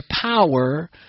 power